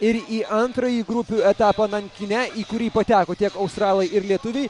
ir į antrąjį grupių etapą nankine į kurį pateko tiek australai ir lietuviai